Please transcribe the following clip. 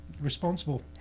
responsible